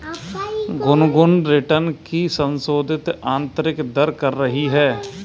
Gungun return की संशोधित आंतरिक दर कर रही है